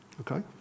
Okay